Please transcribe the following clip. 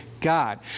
God